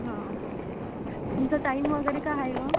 हं तुमचा टाईम वगैरे काय आहे मग